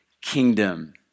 kingdom